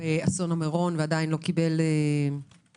באסון מירון ועדיין לא קיבל מענה.